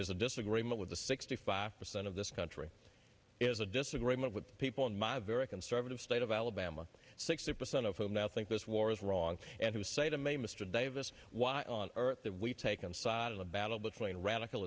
is a disagreement with the sixty five percent of this country is a disagreement with people in my very conservative state of alabama sixty percent of now think this war is wrong and who say to me mr davis why on earth that we take him side of the battle between radical